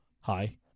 Hi